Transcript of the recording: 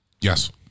Yes